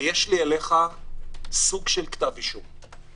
ויש לי אליך סוג של כתב אישום.